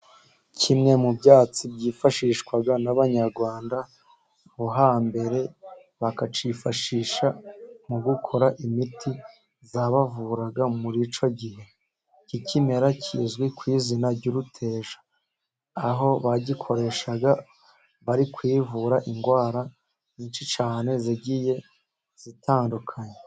Kimwe mu byatsi byifashishwaga n'Abanyarwanda bo hambere, bakacyifashisha mu gukora imiti yabavuraga muri icyo gihe, iki kimera kizwi ku izina ry'uruteja, aho bagikoreshaga bari kwivura indwara nyinshi cyane zigiye zitandukanye.